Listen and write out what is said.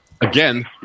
Again